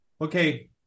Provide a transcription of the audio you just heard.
okay